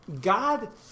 god